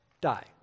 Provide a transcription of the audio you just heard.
die